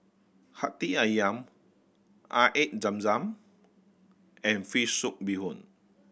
Hati Ayam Air Zam Zam and fish soup bee hoon